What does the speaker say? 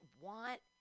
want